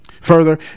Further